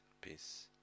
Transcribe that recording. peace